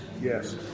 Yes